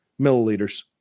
milliliters